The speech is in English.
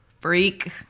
Freak